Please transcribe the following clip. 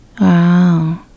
Wow